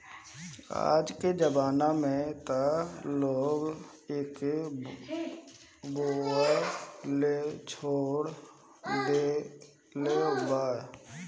आजके जमाना में त लोग एके बोअ लेछोड़ देले बा